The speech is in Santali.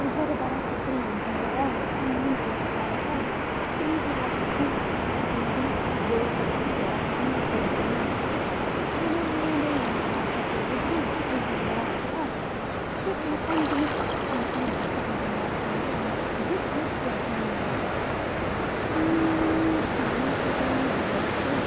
ᱩᱭᱦᱟᱹᱨ ᱵᱟᱲᱟ ᱠᱟᱛᱮᱫ ᱤᱧ ᱩᱭᱦᱟᱹᱨᱮᱜᱼᱟ ᱤᱧ ᱦᱚᱧ ᱪᱮᱥᱴᱟᱭᱮᱜᱼᱟ ᱪᱮᱫ ᱤᱧ ᱦᱚᱸ ᱟᱡ ᱠᱷᱚᱱ ᱢᱚᱛᱞᱚᱵᱤᱧ ᱵᱮᱥᱟᱜᱼᱟ ᱪᱮᱨᱦᱟ ᱤᱧ ᱠᱚᱨᱟᱣ ᱢᱟ ᱦᱟᱸᱰᱮ ᱱᱷᱟᱰᱮ ᱧᱮᱞ ᱵᱟᱲᱟ ᱠᱟᱛᱮ ᱨᱮᱦᱚᱸ ᱩᱭᱦᱟᱹᱨ ᱵᱟᱲᱟ ᱠᱮᱜᱼᱟ ᱪᱮᱫ ᱚᱱᱠᱟᱱ ᱡᱤᱱᱤᱥ ᱟᱡ ᱴᱷᱮᱱ ᱠᱷᱚᱱ ᱵᱮᱥᱟᱜ ᱤᱧ ᱵᱮᱱᱟᱣ ᱠᱷᱟᱱ ᱫᱚ ᱤᱧᱟᱹᱜ ᱪᱷᱚᱵᱤ ᱟᱹᱰᱤ ᱪᱮᱨᱦᱟ ᱧᱮᱞᱚᱜᱼᱟ ᱤᱧ ᱢᱚᱱᱮ ᱠᱚᱨᱮᱧ ᱩᱭᱦᱟᱹᱨᱮᱫ ᱜᱮᱭᱟ